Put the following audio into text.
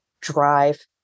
drive